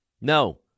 No